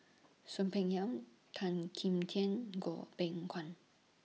Soon Peng Yam Tan Kim Tian Goh Beng Kwan